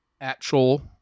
actual